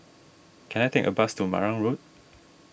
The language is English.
can I take a bus to Marang Road